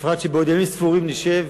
בפרט שבעוד ימים ספורים נשב